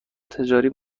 تجاری